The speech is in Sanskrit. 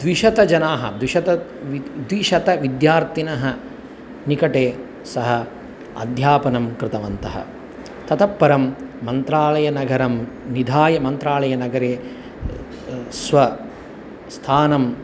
द्विशतजनाः द्विशतवि द्विशतविद्यार्थिनः निकटे सः अध्यापनं कृतवन्तः ततः परं मन्त्रालयनगरं निधाय मन्त्रालयनगरे स्वस्थानम्